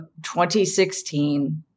2016